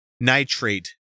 nitrate